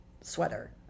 sweater